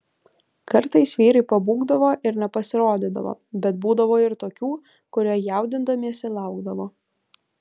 kartais vyrai pabūgdavo ir nepasirodydavo bet būdavo ir tokių kurie jaudindamiesi laukdavo